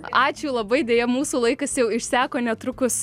ačiū labai deja mūsų laikas jau išseko netrukus